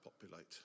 populate